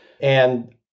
and-